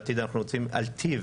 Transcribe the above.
בעתיד אנחנו רוצים על טיב